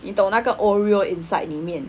你懂那个 Oreo inside 里面